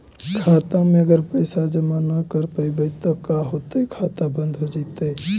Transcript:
खाता मे अगर पैसा जमा न कर रोपबै त का होतै खाता बन्द हो जैतै?